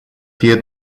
fie